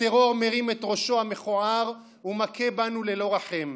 הטרור מרים את ראשו המכוער ומכה בנו ללא רחם.